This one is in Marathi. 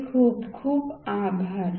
आपले खूप खूप आभार